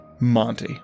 Monty